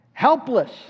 Helpless